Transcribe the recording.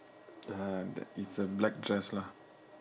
uh the it's a black dress lah